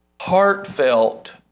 heartfelt